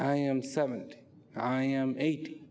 i am seventy i am eight